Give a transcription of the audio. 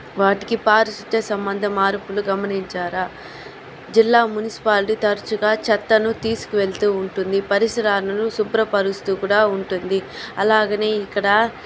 వాటికి పారిశుద్ధ్య సంబంధ మార్పులు గమనించారా జిల్లా మునిసిపాలిటీ తరచుగా చెత్తను తీసుకు వెళ్తూ ఉంటుంది పరిసరాలను శుభ్రపరుస్తూ కూడా ఉంటుంది అలాగే ఇక్కడ